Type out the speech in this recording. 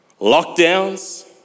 Lockdowns